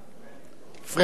פרדי גרובר, פרדי גרובר.